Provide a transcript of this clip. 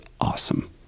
awesome